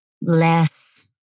less